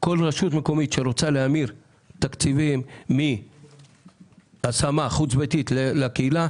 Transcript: רשות מקומית שרוצה להמיר תקציבים מהשמה חוץ ביתית לקהילה,